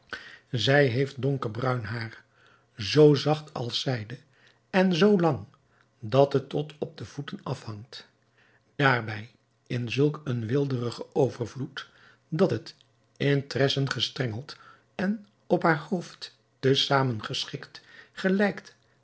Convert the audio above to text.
zij heeft donkerbruin haar zoo zacht als zijde en zoo lang dat het tot op de voeten afhangt daarbij in zulk een weelderigen overvloed dat het in tressen gestrengeld en op haar hoofd te zamen geschikt gelijkt